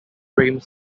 frame